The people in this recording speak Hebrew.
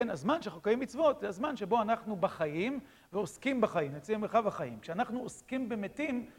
כן, הזמן של חוקרי מצוות זה הזמן שבו אנחנו בחיים ועוסקים בחיים, נציין מרחב החיים. כשאנחנו עוסקים במתים...